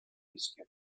rischio